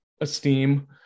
esteem